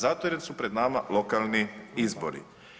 Zato jer su pred nama lokalni izbori.